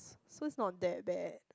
so it's not that bad